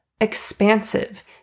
expansive